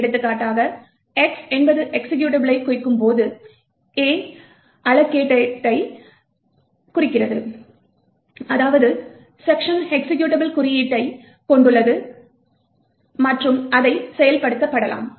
எடுத்துக்காட்டாக X என்பது எக்சிகியூட்டபுளைக் குறிக்கும் போது A அலோகேட்டேடைக் குறிக்கிறது அதாவது செக்க்ஷன் எக்சிகியூட்டபிள் குறியீட்டைக் கொண்டுள்ளது மற்றும் அதை செயல்படுத்தப்படலாம்